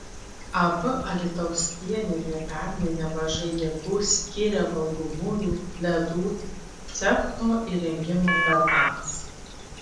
ab alytaus pieninė pernai nemažai jėgų skyrė valgomųjų ledų cecho įrengimo darbams